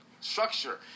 Structure